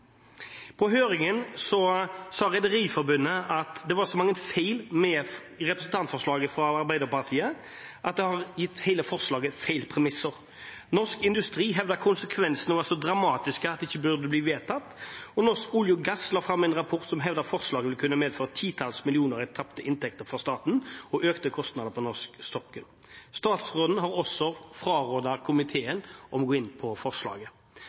På høringen sa Rederiforbundet at det var så mange feil med representantforslaget fra bl.a. Arbeiderpartiet at det har gitt hele forslaget feil premisser. Norsk Industri hevdet at konsekvensene var så dramatiske at det ikke burde bli vedtatt, og Norsk olje og gass la fram en rapport som hevdet at forslaget vil kunne medføre titalls millioner i tapte inntekter for staten og økte kostnader på norsk sokkel. Statsråden har også frarådet komiteen å gå inn på forslaget.